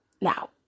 Now